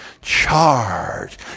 charge